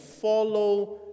follow